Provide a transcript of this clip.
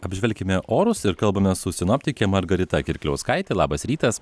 apžvelkime orus ir kalbamės su sinoptike margarita kirkliauskaite labas rytas